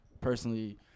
personally